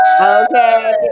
Okay